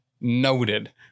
noted